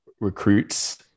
recruits